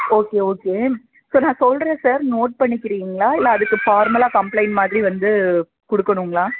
okay okay sir நான் சொல்கிறேன் sir note பண்ணிக்கிறீங்களா இல்லை அதுக்கு ஃபார்மலாக கம்ப்ளைண்ட் மாதிரி வந்து கொடுக்கணுங்களா